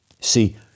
See